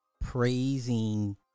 praising